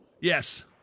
Yes